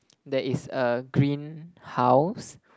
there is a green house